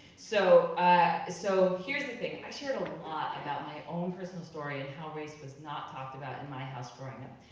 so so here's the thing, i shared a lot about my own personal story and how race was not talked about in my house growing up.